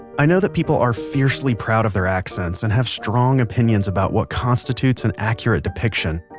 i know that people are fiercely proud of their accents and have strong opinions about what constitutes an accurate depiction.